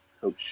coach